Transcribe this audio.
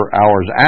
hours